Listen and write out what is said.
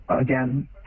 again